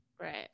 Right